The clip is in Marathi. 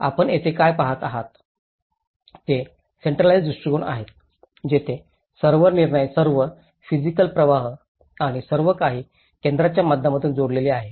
आपण येथे काय पहात आहात ते सेन्टरलाज्ड दृष्टीकोन आहे जेथे सर्व निर्णय सर्व फीनंसिअल प्रवाह आणि सर्व काही केंद्राच्या माध्यमातून जोडलेले असतात